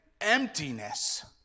emptiness